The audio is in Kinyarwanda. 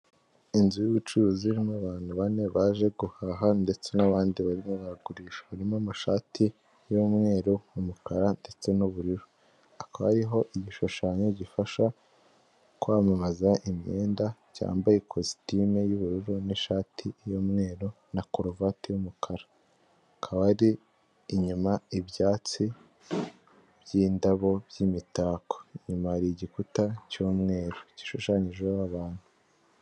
Inzu y'ubucuruzi n'abantu bane baje guhaha ndetse n'abandi barimo baragurisha harimo amashati y'umweru, umukara ndetse n'ubururu, hakaba hariho igishushanyo gifasha kwamamaza imyenda cyambaye ikositimu y'ubururu n'ishati y'umweru na karuvati y'umukara, akaba ari inyuma ibyatsi by'indabo byimitako inyuma hari igikuta cy'umweru gishushanyijeho abantu.